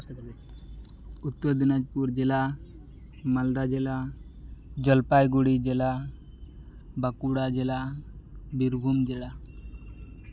ᱩᱛᱛᱚᱨ ᱫᱤᱱᱟᱡᱽᱯᱩᱨ ᱡᱮᱞᱟ ᱢᱟᱞᱫᱟ ᱡᱮᱞᱟ ᱡᱚᱞᱯᱟᱭᱜᱩᱲᱤ ᱡᱮᱞᱟ ᱵᱟᱸᱠᱩᱲᱟ ᱡᱮᱞᱟ ᱵᱤᱨᱵᱷᱩᱢ ᱡᱮᱞᱟ